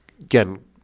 again